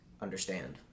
understand